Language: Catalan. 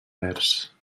vers